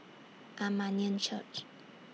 Armenian Church